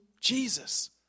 Jesus